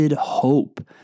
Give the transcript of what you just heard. hope